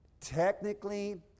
technically